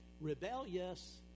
Rebellious